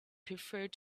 preferred